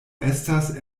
estas